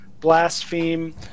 blaspheme